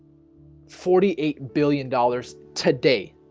forty eight billion dollars today,